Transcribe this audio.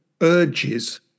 urges